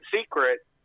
secret